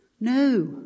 No